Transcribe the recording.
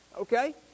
okay